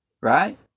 right